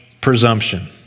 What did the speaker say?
presumption